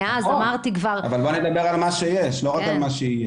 אבל בואי נדבר על מה שיש ולא רק על מה שיהיה.